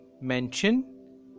mention